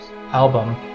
album